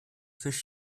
fisch